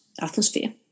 atmosphere